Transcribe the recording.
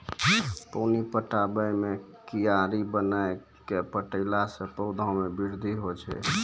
पानी पटाबै मे कियारी बनाय कै पठैला से पौधा मे बृद्धि होय छै?